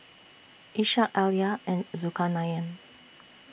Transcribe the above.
Ishak Alya and Zulkarnain